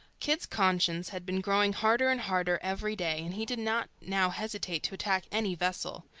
kidd's conscience had been growing harder and harder every day, and he did not now hesitate to attack any vessel.